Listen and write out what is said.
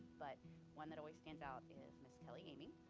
but one that always stands out is miss kelly amy,